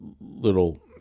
little